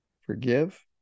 Forgive